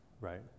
right